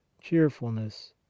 cheerfulness